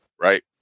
Right